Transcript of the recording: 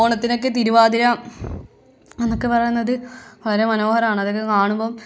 ഓണത്തിനൊക്കെ തിരുവാതിര എന്നൊക്കെ പറയുന്നത് വളരെ മനോഹരമാണ് അതൊക്കെ കാണുമ്പം